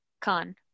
Khan